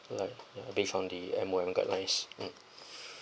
based on the M_O_M guidelines um